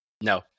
No